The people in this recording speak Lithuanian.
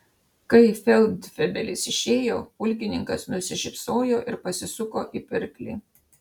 kai feldfebelis išėjo pulkininkas nusišypsojo ir pasisuko į pirklį